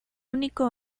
único